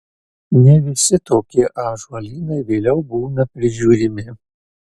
ne visi tokie ąžuolynai vėliau būna prižiūrimi